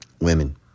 Women